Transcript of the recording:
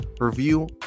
review